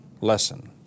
lesson